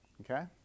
Okay